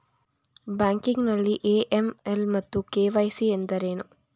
Banking ನಲ್ಲಿ AML ಮತ್ತು KYC ಎಂದರೇನು?